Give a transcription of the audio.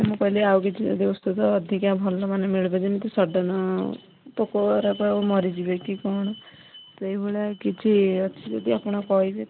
ମୁଁ କହିଲିି ଆଉ ଯଦି କିଛି ଔଷଧ ଅଧିକା ଭଲ ମିଳିପାରିବ ଯେମିତି ସଡ଼ନ୍ ପୋକାଗୁରାକ ମରିଯିବେ କି କଣ ସେଇଭଳିଆ କିଛି ଅଛି ଯଦି ଆପଣ କହିବେ